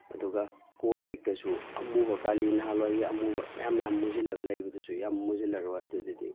ꯑꯗꯨꯒ ꯀꯣꯟ ꯂꯤꯛꯇꯁꯨ ꯑꯃꯨꯕ ꯀꯥꯂꯤ ꯅꯍꯥꯟꯋꯥꯏꯒꯤ ꯑꯃꯨꯕ ꯃꯌꯥꯝ ꯃꯌꯥꯝ ꯃꯨꯁꯤꯟꯂꯥ ꯂꯩꯕꯗꯨꯁꯨ ꯌꯥꯝ ꯃꯨꯁꯤꯜꯂꯔꯣꯏ ꯑꯗꯨꯗꯗꯤ